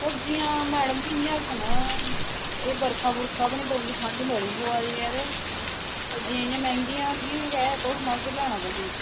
तुस मैडम जी इंया होई जाना एह् बरखा बी निं पौंदी ते ठंड बड़ी पवा दी ऐ सब्ज़ियां इंया मैहंगियां तुस सनाओ केह् लैना तुसें